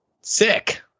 sick